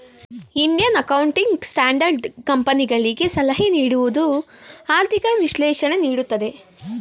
Indian accounting standard ಕಂಪನಿಗಳಿಗೆ ಸಲಹೆ ನೀಡುವುದು, ಆರ್ಥಿಕ ವಿಶ್ಲೇಷಣೆ ನೀಡುತ್ತದೆ